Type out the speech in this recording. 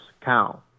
cow